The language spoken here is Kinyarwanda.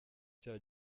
cya